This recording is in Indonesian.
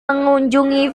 mengunjungi